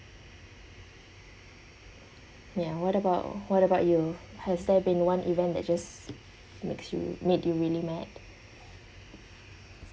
ya what about what about you has there been one event that just makes you made you really mad